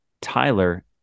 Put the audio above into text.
Tyler